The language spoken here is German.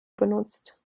benutzt